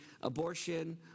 abortion